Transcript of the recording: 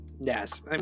Yes